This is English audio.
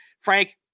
Frank